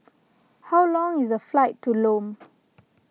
how long is the flight to Lome